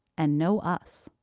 and no us.